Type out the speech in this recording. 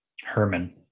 Herman